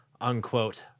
unquote